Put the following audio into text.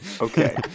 Okay